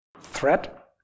Threat